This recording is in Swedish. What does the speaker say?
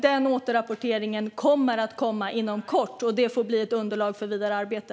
Den återrapporteringen kommer att komma inom kort, och det får bli ett underlag för vidare arbete.